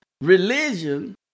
religion